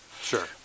Sure